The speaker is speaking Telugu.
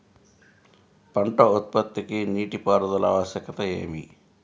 పంట ఉత్పత్తికి నీటిపారుదల ఆవశ్యకత ఏమి?